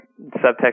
subtext